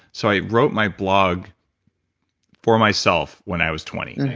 so i wrote my blog for myself when i was twenty.